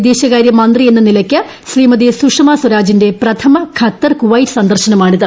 വിദേശകാര്യമന്ത്രി എന്ന നിലയ്ക്ക് ശ്രീമതി സുഷമാ സ്വരാജിന്റെ പ്രഥമ ഖത്തർ കുവൈറ്റ് സന്ദർശനമാണിത്